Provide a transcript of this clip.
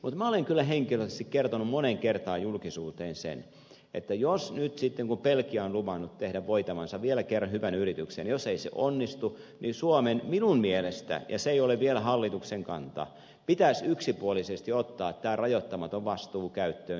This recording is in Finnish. mutta minä olen kyllä henkilökohtaisesti kertonut moneen kertaan julkisuuteen sen että jos nyt sitten kun belgia on luvannut tehdä voitavansa vielä kerran hyvän yrityksen jos ei se onnistu niin suomen minun mielestäni ja se ei ole vielä hallituksen kanta pitäisi yksipuolisesti ottaa tämä rajoittamaton vastuu käyttöön siitä eteenpäin